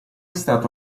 stato